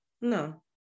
no